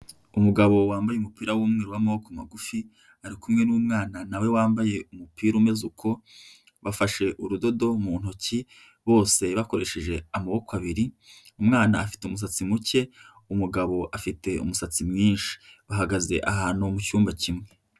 Umugabo wambaye umupira w'umweru w'amaboko magufi, ari kumwe n'umwana nawe wambaye umupira umeze uko, bafashe urudodo mu ntoki, bose bakoresheje amaboko abiri, umwana afite umusatsi muke, umugabo afite umusatsi mwinshi, bahagaze ahantu mu cyumba kimwe.